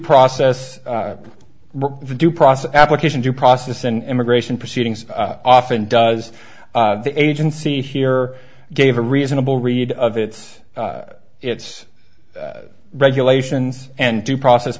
process of due process application due process and immigration proceedings often does the agency here gave a reasonable read of its its regulations and due process